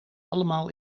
allemaal